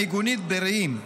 המיגונית ברעים,